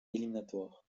éliminatoires